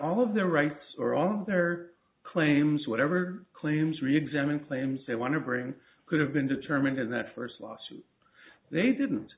all of their rights or all her claims whatever claims reexamined claims they want to bring could have been determined in that first lawsuit they didn't